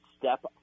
step